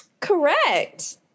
Correct